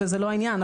וזה לא העניין.